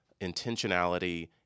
intentionality